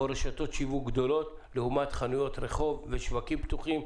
או רשתות שיווק גדולות לעומת חנויות רחוב ושווקים פתוחים,